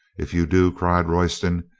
if you do, cried royston,